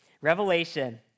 Revelation